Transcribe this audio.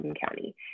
county